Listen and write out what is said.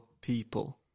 people